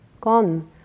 gone